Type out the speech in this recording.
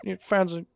fans